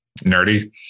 Nerdy